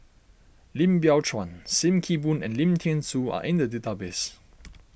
Lim Biow Chuan Sim Kee Boon and Lim thean Soo are in the database